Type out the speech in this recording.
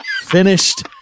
finished